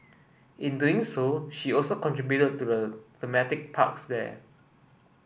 in doing so she also contributed to the thematic parks there